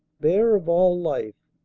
bare of all life,